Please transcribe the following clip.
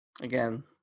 again